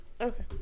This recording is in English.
Okay